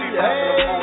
hey